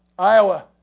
iowa.